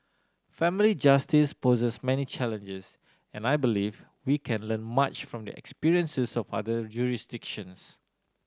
family justice poses many challenges and I believe we can learn much from the experiences of other jurisdictions